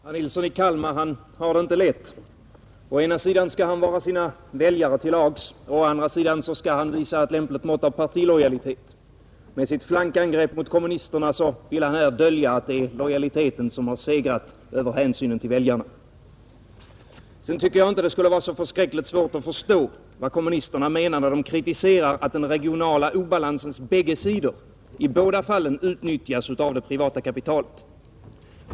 Herr talman! Herr Nilsson i Kalmar har det inte lätt. Å ena sidan skall han vara sina väljare till lags och å andra sidan skall han visa ett lämpligt mått av partilojalitet. Med sitt flankangrepp mot kommunisterna vill han dölja att det är lojaliteten som har segrat över hänsynen till väljarna, Jag tycker inte det skulle vara så förskräckligt svårt att förstå vad kommunisterna menar när de kritiserar att den regionala obalansens bägge sidor i båda fallen utnyttjas av det privata kapitalet.